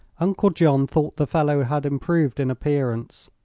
uncle john thought the fellow had improved in appearance.